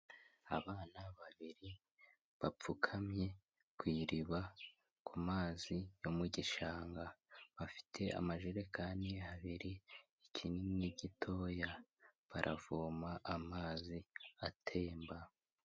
Abana babiri, bapfukamye ku iriba, ku mazi yo mu gishanga. Bafite amajerekani abiri, ikinini n'igitoya. Baravoma amazi atemba.